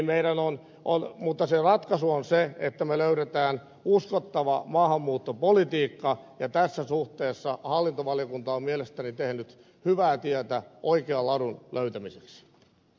mutta se ratkaisu on se että me löydämme uskottavan maahanmuuttopolitiikan ja tässä suhteessa hallintovaliokunta on mielestäni tehnyt hyvää työtä oikean ladun löytämiseksi